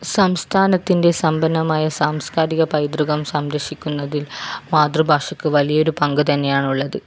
സംസ്ഥാനത്തിൻ്റെ സമ്പന്നമായ സാംസ്കാരിക പൈതൃകം സംരക്ഷിക്കുന്നതിൽ മാതൃഭാഷയ്ക്ക് വലിയൊരു പങ്കു തന്നെയാണ് ഉള്ളത്